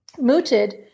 mooted